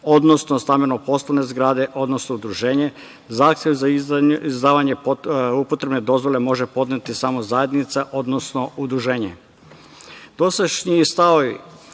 odnosno stambeno-poslovne zgrade, odnosno udruženje, zahtev za izdavanje upotrebne dozvole može podneti samo zajednica, odnosno udruženje.“Dosadašnji st.